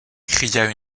cria